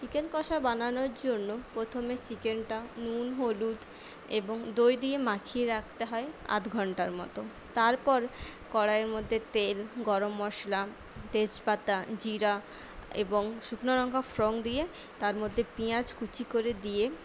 chicken কষা বানানোর জন্য প্রথমে চিকেনটা নুন হলুদ এবং দই দিয়ে মাখিয়ে রাখতে হয় আধ ঘণ্টার মতো তারপর কড়াইয়ের মধ্যে তেল গরম মশলা তেজপাতা জিরা এবং শুকনো লঙ্কা ফোঁড়ন দিয়ে তার মধ্যে পেয়াঁজ কুচি করে দিয়ে